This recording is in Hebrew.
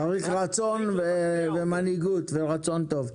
צריך רצון ומנהיגות ורצון טוב.